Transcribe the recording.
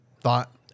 thought